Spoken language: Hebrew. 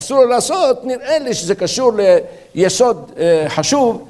אסור לעשות, נראה לי שזה קשור ליסוד חשוב